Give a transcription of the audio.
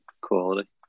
quality